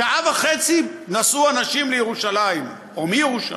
שעה וחצי נסעו אנשים לירושלים או מירושלים.